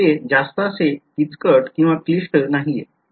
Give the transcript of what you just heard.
तर ते जास्त असे किचकटक्लिष्ट नाहीये